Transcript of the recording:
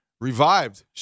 revived